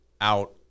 out